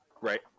right